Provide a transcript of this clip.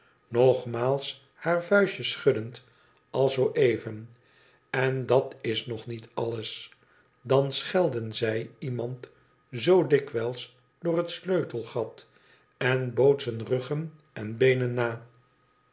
nogis haar vuistje schuddend als zoo even n dat is nog niet alles dan belden zij iemand zoo dikwijls door het sleutelgat en bootsen ruggen beenen na